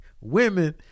Women